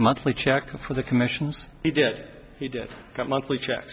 monthly check for the commissions he did it he did a monthly check